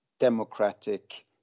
Democratic